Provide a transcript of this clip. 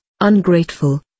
ungrateful